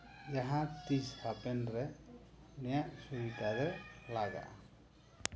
ᱡᱟᱦᱟᱸᱛᱤᱥ ᱦᱟᱯᱮᱱ ᱨᱮ ᱩᱱᱤᱭᱟᱜ ᱥᱩᱵᱤᱛᱟ ᱨᱮ ᱞᱟᱜᱟᱜᱼᱟ